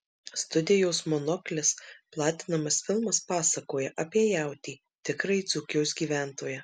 studijos monoklis platinamas filmas pasakoja apie jautį tikrąjį dzūkijos gyventoją